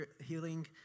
healing